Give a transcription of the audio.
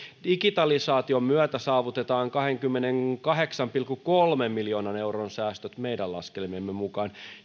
digitalisaation myötä saavutetaan kahdenkymmenenkahdeksan pilkku kolmen miljoonan euron säästöt meidän laskelmiemme mukaan